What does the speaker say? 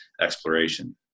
exploration